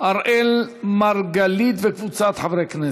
אראל מרגלית וקבוצת חברי הכנסת.